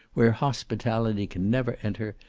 where hospitality can never enter,